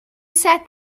sat